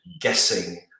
guessing